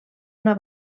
una